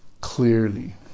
clearly